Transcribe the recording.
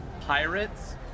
pirates